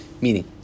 Meaning